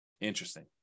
Interesting